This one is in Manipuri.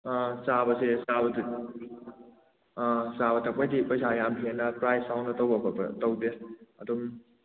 ꯆꯥꯕꯁꯦ ꯆꯥꯕꯗꯤ ꯆꯥꯕ ꯊꯛꯄꯩꯁꯤ ꯄꯩꯁꯥ ꯌꯥꯝ ꯍꯦꯟꯅ ꯄ꯭ꯔꯥꯏꯁ ꯌꯥꯝ ꯆꯥꯎꯅ ꯇꯧꯕ ꯈꯣꯠꯄ ꯇꯧꯗꯦ ꯑꯗꯨꯝ